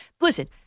listen